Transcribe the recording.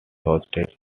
hosted